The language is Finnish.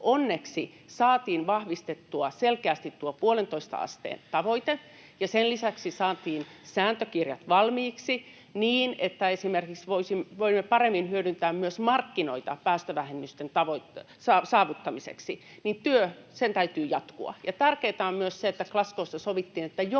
onneksi saatiin vahvistettua selkeästi tuo 1,5 asteen tavoite ja sen lisäksi saatiin sääntökirjat valmiiksi niin, että voimme paremmin esimerkiksi hyödyntää myös markkinoita päästövähennysten saavuttamiseksi, työn täytyy jatkua. Ja tärkeätä on myös se, että Glasgow’ssa sovittiin, että joka